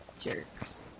jerks